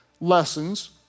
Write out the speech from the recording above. lessons